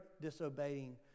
disobeying